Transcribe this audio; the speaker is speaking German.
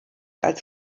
als